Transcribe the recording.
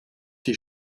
die